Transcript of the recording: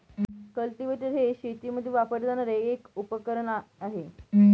cultivator हे शेतीमध्ये वापरले जाणारे एक उपकरण आहे